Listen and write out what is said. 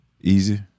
Easy